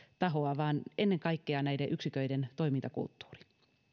tahoa vaan ennen kaikkea näiden yksiköiden toimintakulttuuri